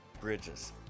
bridges